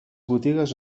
botigues